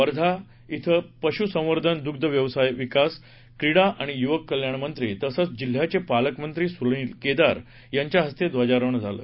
वर्धा िक्वे पशु संवर्धन दुग्ध व्यवसाय विकास क्रिडा आणि युवक कल्याण मंत्री तसचं जिल्ह्याचे पालकमंत्री सुनील केदार यांच्या हस्ते ध्वजारोहण झालं